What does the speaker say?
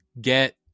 get